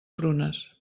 prunes